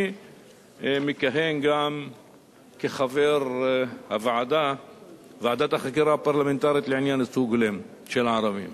אני מכהן גם כחבר ועדת החקירה הפרלמנטרית לעניין ייצוג הולם של הערבים.